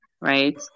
right